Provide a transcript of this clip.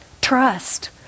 Trust